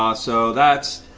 um so that's